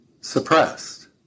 suppressed